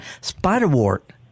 Spiderwort